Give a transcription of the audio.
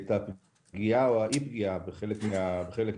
את הפגיעה או אי-פגיעה בחלק מהענפים.